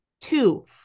two